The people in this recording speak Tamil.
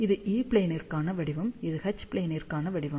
இது ஈ ப்ளேனிற்கான வடிவம் இது எச் ப்ளேனிற்கான வடிவம்